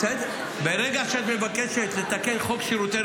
ברגע שאת מבקשת לתקן את חוק שירותי